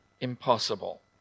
impossible